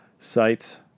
Sites